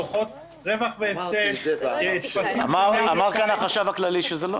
דוחות רווח והפסד -- החשב הכללי אמר כאן שזה לא